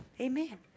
Amen